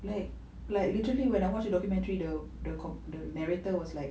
like like literally when I watch the documentary the the comp~ the narrator was like